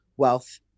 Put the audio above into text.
wealth